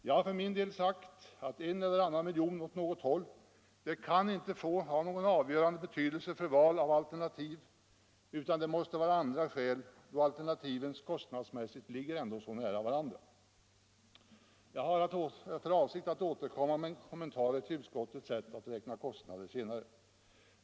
Jag har för min del sagt att en eller annan miljon åt något håll inte kan få ha någon avgörande betydelse för val av alternativ, utan ställningstagandet måste grundas på andra skäl, då alternativen ändå ligger så nära varandra kostnadsmässigt. Jag har för avsikt att återkomma med kommentarer till utskottets sätt att räkna kostnader senare.